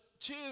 two